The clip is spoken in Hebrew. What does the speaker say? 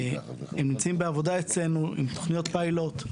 הם נמצאים בעבודה אצלנו, עם תוכניות פיילוט.